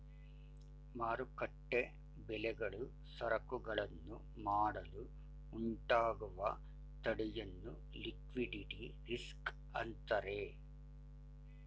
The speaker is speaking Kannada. ಮಾರುಕಟ್ಟೆ ಬೆಲೆಗಳು ಸರಕುಗಳನ್ನು ಮಾಡಲು ಉಂಟಾಗುವ ತಡೆಯನ್ನು ಲಿಕ್ವಿಡಿಟಿ ರಿಸ್ಕ್ ಅಂತರೆ